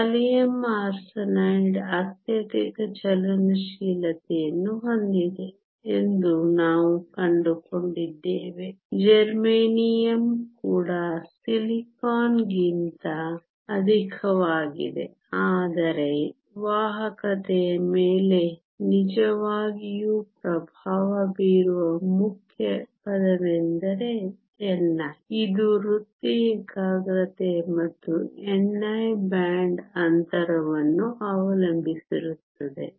gallium arsenide ಅತ್ಯಧಿಕ ಚಲನಶೀಲತೆಯನ್ನು ಹೊಂದಿದೆ ಎಂದು ನಾವು ಕಂಡುಕೊಂಡಿದ್ದೇವೆ ಜರ್ಮೇನಿಯಮ್ ಕೂಡ ಸಿಲಿಕಾನ್ ಗಿಂತ ಅಧಿಕವಾಗಿದೆ ಆದರೆ ವಾಹಕತೆಯ ಮೇಲೆ ನಿಜವಾಗಿಯೂ ಪ್ರಭಾವ ಬೀರುವ ಮುಖ್ಯ ಪದವೆಂದರೆ ni ಇದು ವೃತ್ತಿ ಏಕಾಗ್ರತೆ ಮತ್ತು ni ಬ್ಯಾಂಡ್ ಅಂತರವನ್ನು ಅವಲಂಬಿಸಿರುತ್ತದೆ